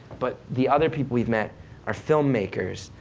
but the other people we've met are film makers,